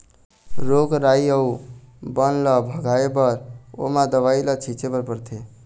रोग राई अउ बन ल भगाए बर ओमा दवई ल छिंचे बर परथे